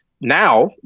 Now